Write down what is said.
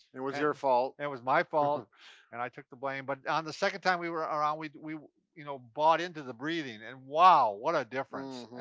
it was your fault. it was my um and i took the blame, but on the second time we were around, we we you know bought in to the breathing, and wow, what a difference.